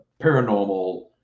paranormal